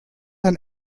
ein